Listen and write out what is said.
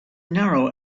narrow